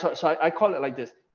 but so i call it like this.